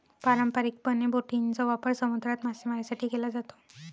पारंपारिकपणे, बोटींचा वापर समुद्रात मासेमारीसाठी केला जातो